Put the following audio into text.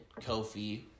Kofi